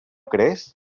crees